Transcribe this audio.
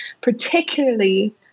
particularly